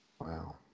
Wow